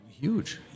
huge